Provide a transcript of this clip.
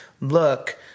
look